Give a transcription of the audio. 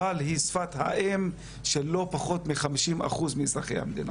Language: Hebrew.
אבל היא שפת האם של לא פחות מ-50 אחוזים מאזרחי המדינה.